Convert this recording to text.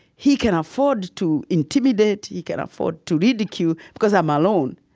he can afford to intimidate, he can afford to ridicule, because i'm alone.